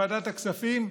בוועדת הכספים,